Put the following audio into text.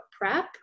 prep